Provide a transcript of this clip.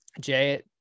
Jay